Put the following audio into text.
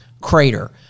Crater